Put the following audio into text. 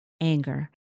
anger